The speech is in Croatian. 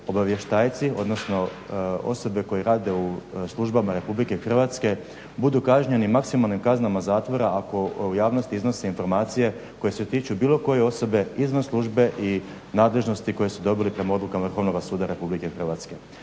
obavještajci, odnosno osobe koje rade u službama Republike Hrvatske budu kažnjeni maksimalnim kaznama zatvora ako u javnosti iznose informacije koje se tiču bilo koje osobe izvan službe i nadležnosti koje su dobile prema odlukama Vrhovnoga suda Republike Hrvatske.